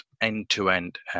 end-to-end